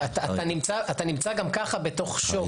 גם כך אתה נמצא בתוך שוק.